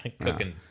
Cooking